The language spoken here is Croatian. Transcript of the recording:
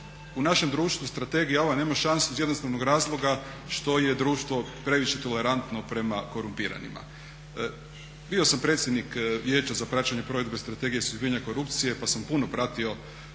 u našem društvu strategija ova nema šanse iz jednostavnog razloga što je društvo previše tolerantno prema korumpiranima. Bio sam predsjednik Vijeća za praćenje provedbe Strategije suzbijanja korupcije pa sam puno pratio,